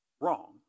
wrong